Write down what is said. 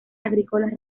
agrícolas